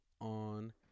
On